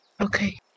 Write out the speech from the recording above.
Okay